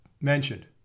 mentioned